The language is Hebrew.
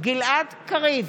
גלעד קריב,